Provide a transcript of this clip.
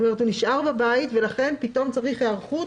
כלומר הוא נשאר בבית ולכן פתאום צריך היערכות,